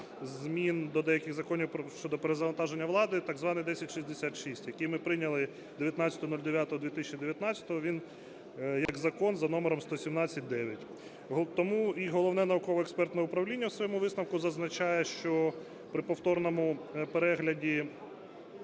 змін до деяких законів щодо перезавантаження влади, так званий 1066, який ми прийняли 19.09.2019. Він як Закон за номером 117-ІХ. Тому і Головне науково-експертне управління в своєму висновку зазначає, що при повторному перегляді